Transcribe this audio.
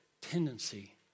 tendency